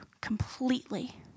completely